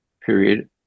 period